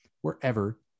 wherever